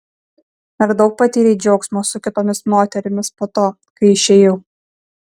ar daug patyrei džiaugsmo su kitomis moterimis po to kai išėjau